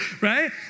right